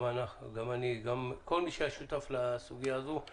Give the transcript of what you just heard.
גם אני וכל מי שהיה שותף לסוגיה הזו,